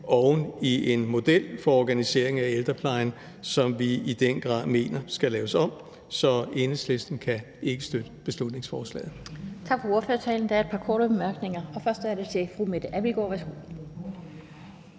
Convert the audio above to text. oven i en model for organisering af ældreplejen, som vi i den grad mener skal laves om. Så Enhedslisten kan ikke støtte beslutningsforslaget.